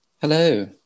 Hello